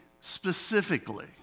specifically